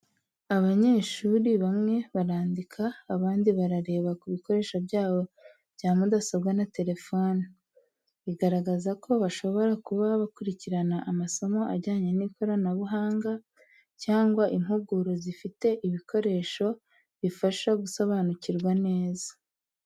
Abanyeshuri bamwe barandika, abandi bareba ku bikoresho byabo bya mudasobwa na telefoni, bigaragaza ko bashobora kuba bakurikirana amasomo ajyanye n’ikoranabuhanga cyangwa impuguro zifite ibikoresho bifasha gusobanukirwa neza.